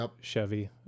Chevy